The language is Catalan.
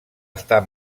estar